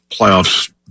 playoffs